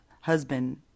husband